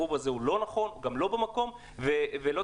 יש